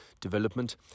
development